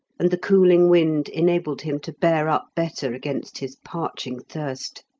and the cooling wind enabled him to bear up better against his parching thirst.